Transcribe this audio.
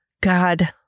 God